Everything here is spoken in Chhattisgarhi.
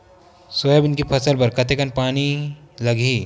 सोयाबीन के फसल बर कतेक कन पानी लगही?